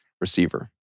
receiver